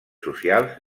socials